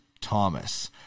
Thomas